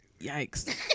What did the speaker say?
Yikes